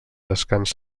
descans